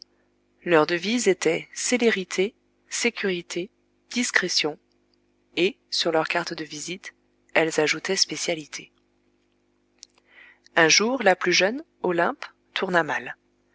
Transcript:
leur devise était célérité sécurité discrétion et sur leurs cartes de visite elles ajoutaient spécialités un jour la plus jeune olympe tourna mal